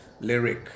lyric